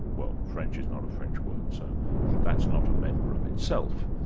well french is not a french word, so yeah that's not a member of itself.